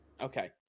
Okay